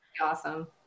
Awesome